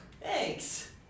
Thanks